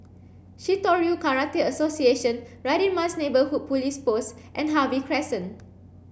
Shitoryu Karate Association Radin Mas Neighbourhood Police Post and Harvey Crescent